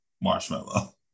marshmallow